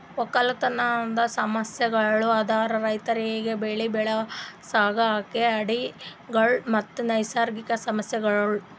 ಒಕ್ಕಲತನದ್ ಸಮಸ್ಯಗೊಳ್ ಅಂದುರ್ ರೈತುರಿಗ್ ಬೆಳಿ ಬೆಳಸಾಗ್ ಆಗೋ ಅಡ್ಡಿ ಗೊಳ್ ಮತ್ತ ನೈಸರ್ಗಿಕ ಸಮಸ್ಯಗೊಳ್